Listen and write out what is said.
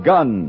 Gun